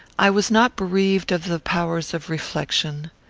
i was not bereaved of the powers of reflection.